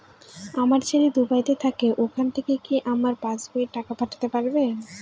আমার ছেলে দুবাইতে থাকে ওখান থেকে কি আমার পাসবইতে টাকা পাঠাতে পারবে?